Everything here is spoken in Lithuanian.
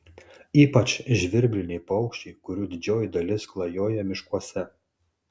ypač žvirbliniai paukščiai kurių didžioji dalis klajoja miškuose